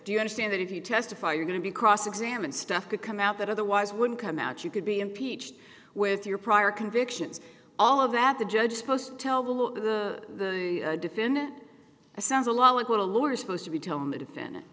do you understand that if you testify you're going to be cross examined stuff could come out that otherwise wouldn't come out you could be impeached with your prior convictions all of that the judge supposed to tell them look the defendant sounds a lot like what a lawyer is supposed to be telling the defendant